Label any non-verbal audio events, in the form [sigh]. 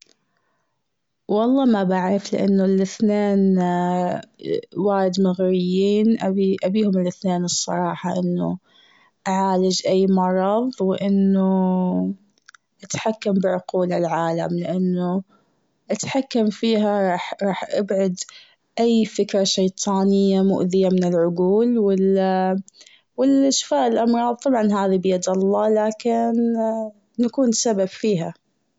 والله ما بعرف لأنه الإثنين اه وايد مغريين ابي- ابيهم الإثنين الصراحة. لأنه اعالج اي مرض و أنو اتحكم بعقول العالم لأنه اتحكم فيها راح- راح ابعد اي فكرة شيطانية مؤذية من العقول و لا- لا شفاء الأمراض طبعاً هذي بيد الله لكن [hesitation] نكون سبب فيها.